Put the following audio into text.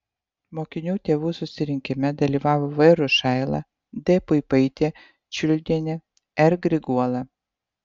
mokinių tėvų susirinkime dalyvavo v rušaila d puipaitė čiuldienė r griguola